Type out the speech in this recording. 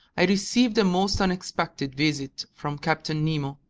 i received a most unexpected visit from captain nemo.